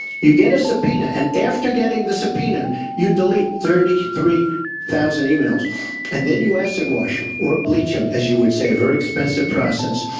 you get a subpoena, and after getting the subpoena you delete thirty three thousand e-mails and then you acid wash them or bleach them, as you would say. very expensive process.